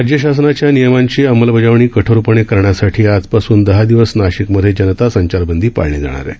राज्य शासनाच्या नियमांची अंमलबजावणी कठोरपणे करण्यासाठी आजपासून दहा दिवस नाशिकमध्ये जनता संचारबंदी पाळली जाणार आहे